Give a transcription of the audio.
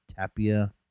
Tapia